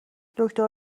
دکتر